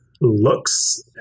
looks